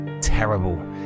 terrible